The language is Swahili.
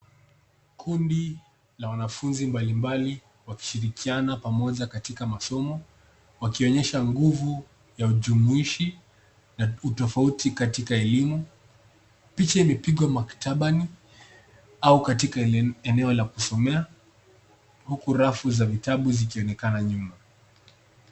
Kundi la wanafunzi mbalimbali wakishirikiana pamoja katika masomo wakionyesha nguvu ya ujumuishi na utoifauti katika elimu. Picha imepingwa maktabani au katika eneo la kusomea uku rafu za vitabu zikionekana nyuma.